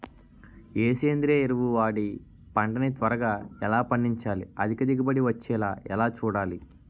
ఏ సేంద్రీయ ఎరువు వాడి పంట ని త్వరగా ఎలా పండించాలి? అధిక దిగుబడి వచ్చేలా ఎలా చూడాలి?